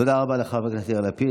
תודה רבה לחבר הכנסת יאיר לפיד.